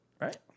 right